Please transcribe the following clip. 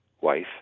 wife